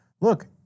Look